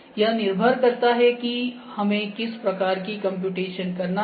यह निर्भर करता है कि हमें किस प्रकार की कम्प्यूटेशन करना है